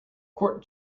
court